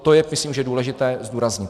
To je myslím, že důležité zdůraznit.